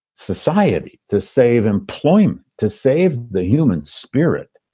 society to save employment, to save the human spirit.